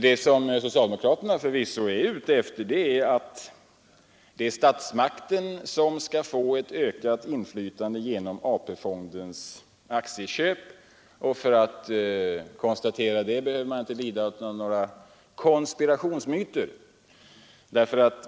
Det som socialdemokraterna förvisso är ute efter är att statsmakten 19 skall få ökat inflytande genom AP-fondens aktieköp. För att konstatera det behöver man inte lida av några konspirationsmyter.